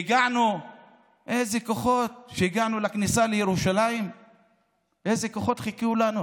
כשהגענו לכניסה לירושלים איזה כוחות חיכו לנו.